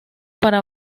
para